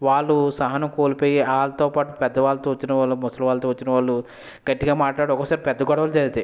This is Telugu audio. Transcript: వాళ్ళు సహనం కోల్పోయి వాళ్ళతో పాటు పెద్దవాళ్ళతో వచ్చిన వాళ్ళు ముసలి వాళ్ళు గట్టిగా మాట్లాడి ఒక్కోసారి పెద్ద గొడవలు జరుగుతాయ్